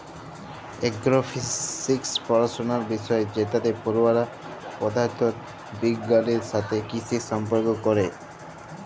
এগ্র physics পড়াশলার বিষয় যেটতে পড়ুয়ারা পদাথথ বিগগালের সাথে কিসির সম্পর্ক পড়ে